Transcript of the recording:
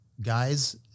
guys